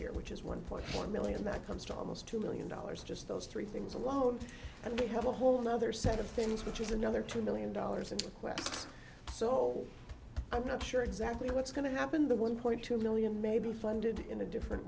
year which is one point one million that comes to almost two million dollars just those three things alone and we have a whole nother set of things which is another two million dollars and so i'm not sure exactly what's going to happen the one point two million may be funded in a different